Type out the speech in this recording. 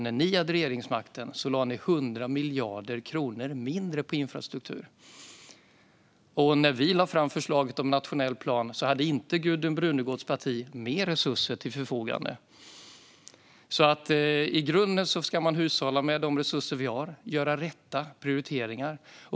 När de hade regeringsmakten lade de 100 miljarder kronor mindre på infrastruktur, och när vi lade fram förslaget om nationell plan hade Gudrun Brunegårds parti inte mer resurser till förfogande. I grunden ska man hushålla med de resurser man har och göra rätt prioriteringar.